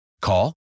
Call